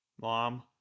Mom